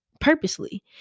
purposely